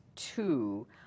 two